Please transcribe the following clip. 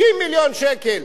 60 מיליון שקל.